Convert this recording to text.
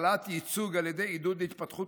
העלאת ייצוג על ידי עידוד התפתחות